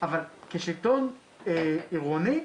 אבל כשלטון עירוני,